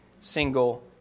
single